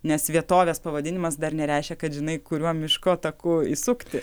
nes vietovės pavadinimas dar nereiškia kad žinai kuriuo miško taku įsukti